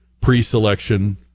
pre-selection